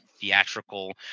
theatrical